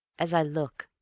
as i look,